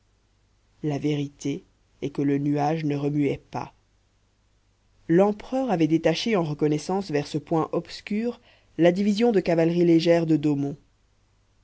la vérité est que le nuage ne remuait pas l'empereur avait détaché en reconnaissance vers ce point obscur la division de cavalerie légère de